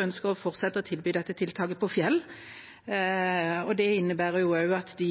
ønsker å fortsette å tilby dette tiltaket på Fjell, og det innebærer også at de